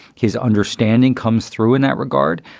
his understanding comes through in that regard.